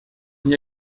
n’y